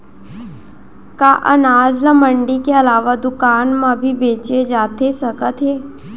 का अनाज ल मंडी के अलावा दुकान म भी बेचे जाथे सकत हे?